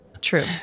true